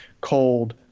cold